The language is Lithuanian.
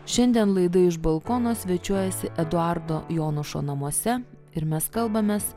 šiandien laida iš balkono svečiuojasi eduardo jonušo namuose ir mes kalbamės